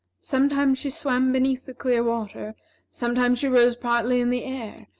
sometimes she swam beneath the clear water sometimes she rose partly in the air,